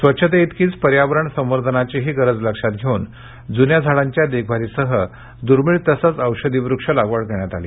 स्वच्छते इतकीच पर्यावरण संवर्धनाचीही गरज लक्षात घेऊ जून्या झाडांच्या देखभालीसह दूर्मिळ तसंच औषधी वृक्ष लागवड करण्यात आली